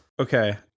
Okay